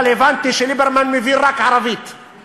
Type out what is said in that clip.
אבל הבנתי שליברמן מבין ערבית,